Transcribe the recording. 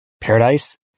Paradise